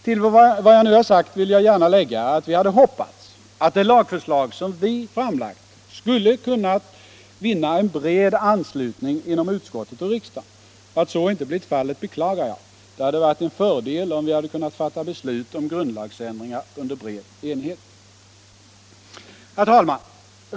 Till vad jag nu har sagt vill jag gärna lägga att vi hade hoppats att det lagförslag som vi lagt fram skulle kunna vinna en bred anslutning inom utskottet och riksdagen. Att så inte blivit fallet beklagar jag. Det hade varit en fördel om vi kunnat fatta beslut om grundlagsändringar under bred enighet. Herr talman!